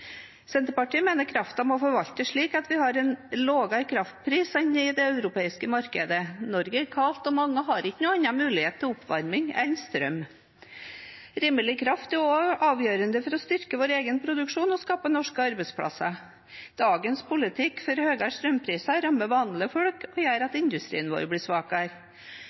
Senterpartiet mener kraften må forvaltes slik at vi har en lavere kraftpris enn i det europeiske markedet. Norge er kaldt, og mange har ikke noen annen mulighet til oppvarming enn strøm. Rimelig kraft er også avgjørende for å styrke vår egen produksjon og skape norske arbeidsplasser. Dagens politikk for høyere strømpriser rammer vanlige folk og gjør at industrien vår blir svakere.